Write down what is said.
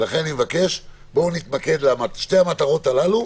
לכן אני מבקש בואו נתמקד בשתי המטרות הללו,